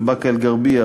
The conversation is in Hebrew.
בבאקה-אלע'רבייה,